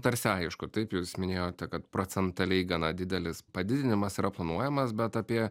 tarsi aišku taip jūs minėjote kad procentaliai gana didelis padidinimas yra planuojamas bet apie